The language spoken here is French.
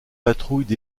patrouille